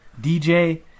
DJ